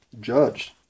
judged